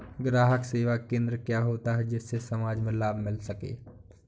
ग्राहक सेवा केंद्र क्या होता है जिससे समाज में लाभ मिल सके?